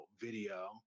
video